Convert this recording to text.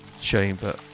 chamber